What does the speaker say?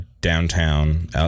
downtown